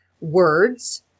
words